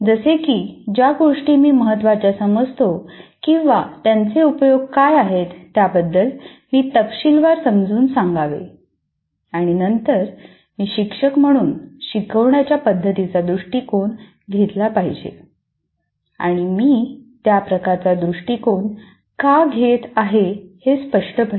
जसे की ज्या गोष्टी मी महत्त्वाच्या समजतो किंवा त्याचे उपयोग काय आहेत त्याबद्दल मी तपशीलवार समजावून सांगावे आणि नंतर मी शिक्षक म्हणून शिकवण्याच्या पद्धतीचा दृष्टिकोन घेतला पाहिजे आणि मी त्या प्रकारचा दृष्टीकोन का घेत आहे हे स्पष्ट पाहिजे